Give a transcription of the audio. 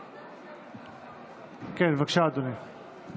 כן, בבקשה, אדוני.